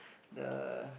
the